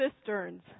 cisterns